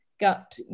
Got